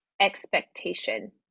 expectation